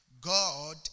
God